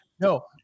No